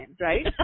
right